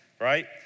right